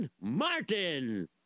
Martin